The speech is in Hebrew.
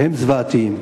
שהם זוועתיים?